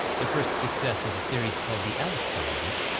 their first success was a series called the alice comedies,